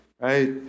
right